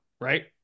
right